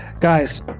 Guys